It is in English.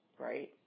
right